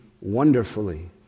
wonderfully